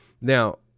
Now